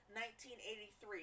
1983